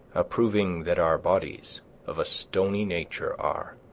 approving that our bodies of a stony nature are.